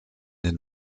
den